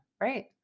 Right